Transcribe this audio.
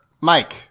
Mike